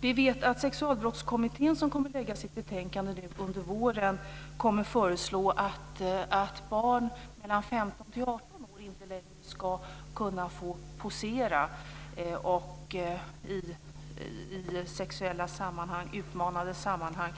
Vi vet att Sexualbrottskommittén som kommer att lägga fram sitt betänkande under våren kommer att föreslå att barn i åldern 15 18 år inte längre ska kunna få posera i sexuella och utmanande sammanhang.